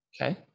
Okay